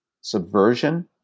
subversion